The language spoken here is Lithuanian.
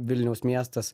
vilniaus miestas